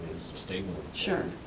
stable. sure.